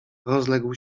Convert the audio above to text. rozległ